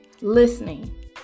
listening